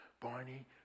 Barney